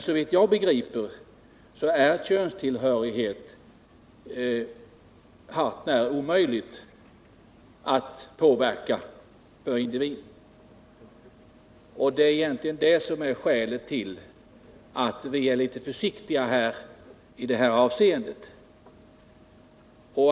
Såvitt jag förstår är det hart när omöjligt för individen att påverka könstillhörigheten, vilket är det egentliga skälet till att vi är litet försiktiga i det här avseendet.